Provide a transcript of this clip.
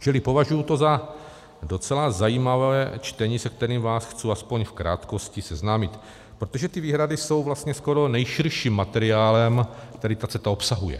Čili považuji to za docela zajímavé čtení, se kterým vás chci aspoň v krátkosti seznámit, protože ty výhrady jsou vlastně skoro nejširším materiálem, který ta CETA obsahuje.